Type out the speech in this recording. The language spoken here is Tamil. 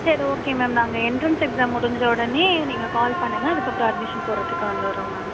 சரி ஓகே மேம் நாங்கள் எண்ட்ரன்ஸ் எக்ஸாம் முடிஞ்ச உடனே நீங்கள் கால் பண்ணுங்கள் அதுக்கப்புறம் அட்மிஷன் போடுகிறத்துக்கு வந்துடுறோம் மேம்